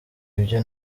ibyo